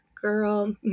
girl